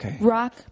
Rock